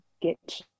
get